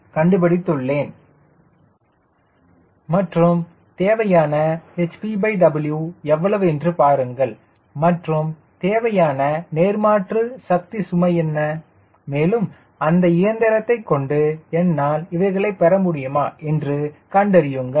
TW550 ∗ p∗ ℎ𝑝W மற்றும் தேவையான hpW எவ்வளவு என்று பாருங்கள் மற்றும் தேவையான நேர்மாற்று சக்தி சுமை என்ன மேலும் அந்த இயந்திரத்தை கொண்டு என்னால் இவைகளை பெற முடியுமா என்று கண்டறியுங்கள்